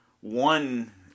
One